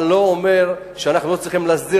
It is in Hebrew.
אבל זה לא אומר שאנחנו לא צריכים להסדיר